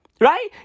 right